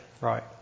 Right